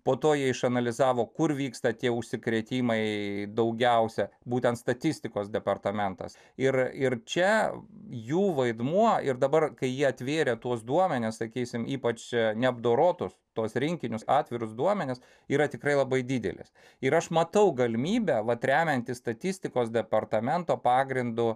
po to jie išanalizavo kur vyksta tie užsikrėtimai daugiausia būtent statistikos departamentas ir ir čia jų vaidmuo ir dabar kai jie atvėrė tuos duomenis sakysim ypač neapdorotus tuos rinkinius atvirus duomenis yra tikrai labai didelės ir aš matau galimybę vat remiantis statistikos departamento pagrindu